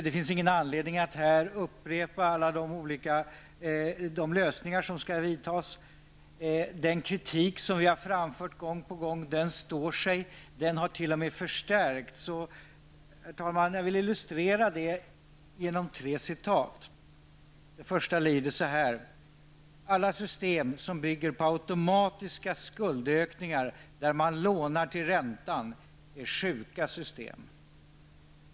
Det finns inget skäl att här redogöra för alla de lösningar som vi har föreslagit. Den kritik som vi gång på gång har framfört står sig. Den har t.o.m. förstärkts. Jag vill illustrera det genom tre citat. Det första citatet lyder: ''Alla system som bygger på automatiska skuldökningar, där man lånar till räntan, är sjuka system.''